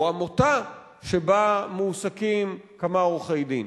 או עמותה שבה מועסקים כמה עורכי-דין.